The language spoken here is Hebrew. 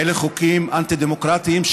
אלה חוקים אנטי-דמוקרטיים,